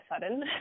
sudden